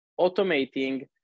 automating